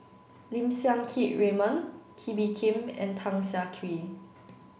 Lim Siang Keat Raymond Kee Bee Khim and Tan Siah Kwee